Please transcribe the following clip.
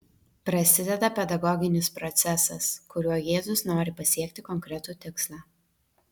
prasideda pedagoginis procesas kuriuo jėzus nori pasiekti konkretų tikslą